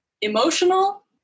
emotional